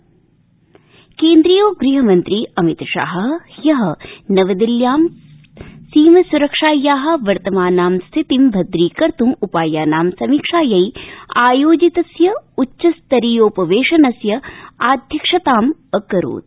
अमित शाह केन्द्रीयो गृहमन्त्री अमित शाह ह्य नवदिल्ल्यां सीमसुरक्षाया वर्तमानां स्थितिं भद्रीकर्त् उपायानां समीक्षायै आयोजितस्य उच्चस्तरीयोपवेशनस्य अध्यक्षताम् अकरोत्